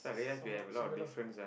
somewhat similar